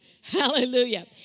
Hallelujah